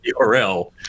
URL